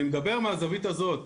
אני מדבר מהזווית הזאת.